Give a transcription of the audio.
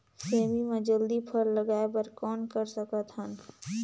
सेमी म जल्दी फल लगाय बर कौन कर सकत हन?